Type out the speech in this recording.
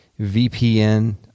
VPN